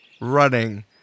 running